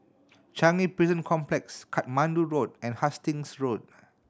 Changi Prison Complex Katmandu Road and Hastings Road